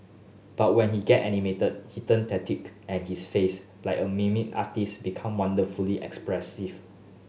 but when he get animated he turn and his face like a artist's become wonderfully expressive